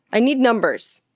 i need numbers!